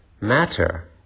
matter